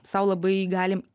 sau labai galim